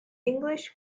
english